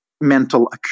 mental